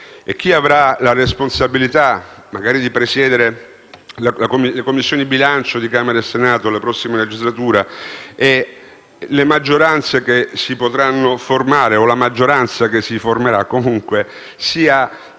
chi avrà la responsabilità di presiedere le Commissioni bilancio di Camera e Senato nella prossima legislatura e le maggioranze che si potranno formare o la maggioranza che si formerà abbiano